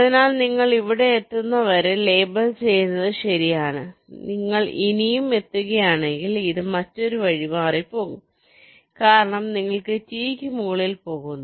അതിനാൽ നിങ്ങൾ ഇവിടെ എത്തുന്നതുവരെ ലേബൽ ചെയ്യുന്നത് ശരിയാണ് എന്നാൽ നിങ്ങൾ ഇനിയും എത്തുകയാണെങ്കിൽ ഇത് മറ്റൊരു വഴിമാറി പോകും കാരണം നിങ്ങൾ T യ്ക്ക് മുകളിൽ പോകുന്നു